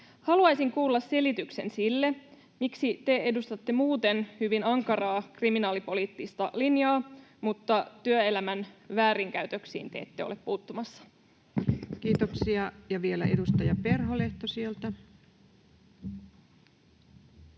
Haluaisin kuulla selityksen sille, miksi te edustatte muuten hyvin ankaraa kriminaalipoliittista linjaa mutta työelämän väärinkäytöksiin te ette ole puuttumassa. Kiitoksia. — Ja vielä edustaja Perholehto sieltä.